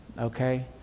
okay